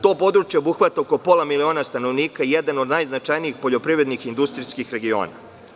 To područje obuhvata pola miliona stanovnika i jedan je od najznačajnijih poljoprivrednih industrijskih regiona.